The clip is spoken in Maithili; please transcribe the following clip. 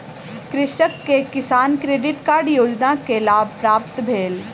कृषक के किसान क्रेडिट कार्ड योजना के लाभ प्राप्त भेल